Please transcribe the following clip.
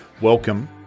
welcome